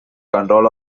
control